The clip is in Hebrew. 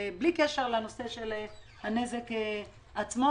בלי קשר לנושא של הנזק עצמו,